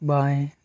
बाएँ